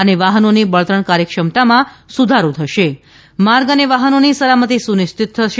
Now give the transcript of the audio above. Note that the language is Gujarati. અને વાહનોની બળતણ કાર્યક્ષમતામાં સુધારો કરશે માર્ગ અને વાહનોની સલામતી સુનિશ્ચિત થશે